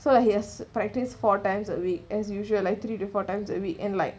so he has practiced four times a week as usual like three to four times a week and like